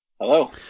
Hello